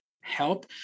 help